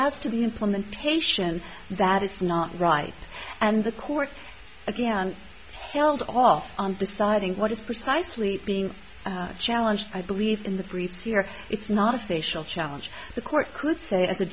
to the implementation that is not right and the court again held off on deciding what is precisely being challenged i believe in the briefs here it's not a facial challenge the court could say